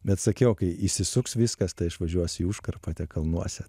bet sakiau kai įsisuks viskas tai aš važiuosiu į užkarpatę kalnuose